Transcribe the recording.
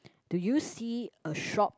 do you see a shop